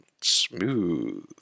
smooth